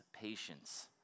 patience